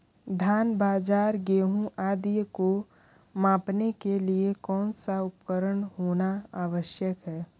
धान बाजरा गेहूँ आदि को मापने के लिए कौन सा उपकरण होना आवश्यक है?